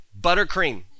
buttercream